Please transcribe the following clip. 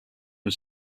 was